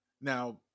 Now